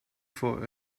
for